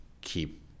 keep